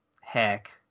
heck